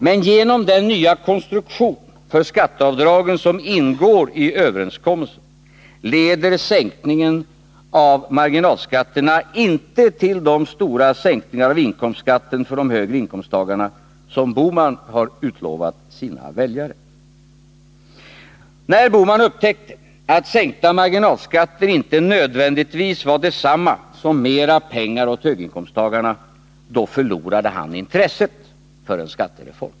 Men genom den nya konstruktion för skatteavdragen som ingår i överenskommelsen leder sänkningen av marginalskatterna inte till de stora sänkningar av inkomstskatten för de högre inkomsttagarna som Gösta Bohman lovat sina väljare. När Gösta Bohman upptäckte att sänkta marginalskatter inte nödvändigtvis var detsamma som mera pengar åt höginkomsttagarna — då förlorade han intresset för en skattereform.